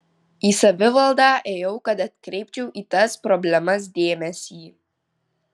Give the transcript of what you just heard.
į savivaldą ėjau kad atkreipčiau į tas problemas dėmesį